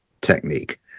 technique